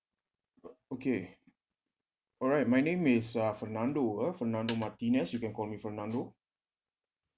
okay alright my name is uh fernando ah fernando martinez you can call me fernando